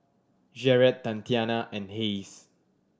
Jarret Tatiana and Hayes